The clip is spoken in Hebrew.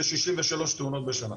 יש שישים ושלוש תאונות בשנה.